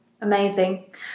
Amazing